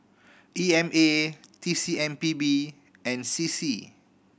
E M A T C M P B and C C